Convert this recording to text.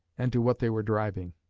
and to what they were driving.